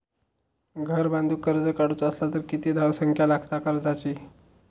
घर बांधूक कर्ज काढूचा असला तर किती धावसंख्या लागता कर्जाची?